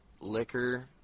liquor